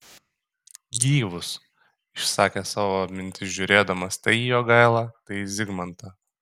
gyvus išsakė savo mintis žiūrėdamas tai į jogailą tai į zigmantą